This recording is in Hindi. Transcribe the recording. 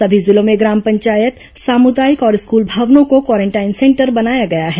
सभी जिलों में ग्राम पंचायत सामुदायिक और स्कूल भवनों को क्वारेंटाइन सेंटर बनाया गया है